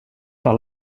par